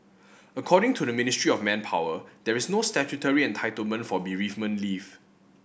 according to the Ministry of Manpower there is no statutory entitlement for bereavement leave